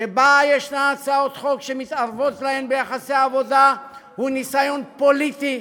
שבה יש הצעות חוק שמתערבות ביחסי עבודה הוא ניסיון פוליטי,